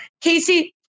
Casey